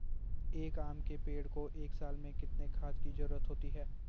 एक आम के पेड़ को एक साल में कितने खाद की जरूरत होती है?